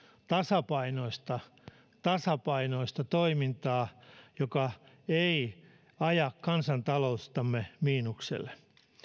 tasapainoista tasapainoista toimintaa joka ei aja kansantalouttamme miinukselle